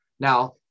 Now